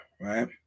right